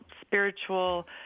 spiritual